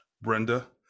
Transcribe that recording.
Brenda